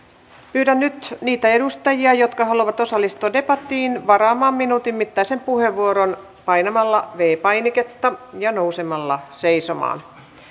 pyydän nyt niitä edustajia jotka haluavat osallistua debattiin varaamaan minuutin mittaisen puheenvuoron painamalla viides painiketta ja nousemalla seisomaan